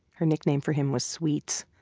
her nickname for him was sweets.